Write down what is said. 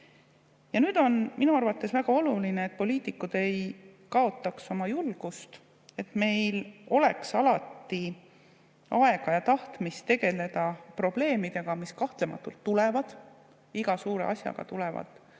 Ja nüüd on minu arvates väga oluline, et poliitikud ei kaotaks oma julgust, et meil oleks alati aega ja tahtmist tegeleda probleemidega, mis kahtlematult tulevad – iga suure asjaga tulevad